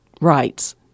rights